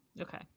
Okay